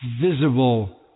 visible